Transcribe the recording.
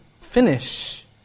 finish